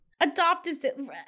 adoptive